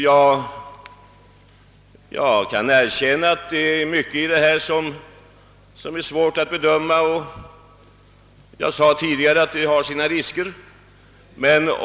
Jag kan erkänna att det är mycket i detta som är svårt att bedöma. Jag sade tidigare att det har sina risker.